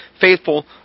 faithful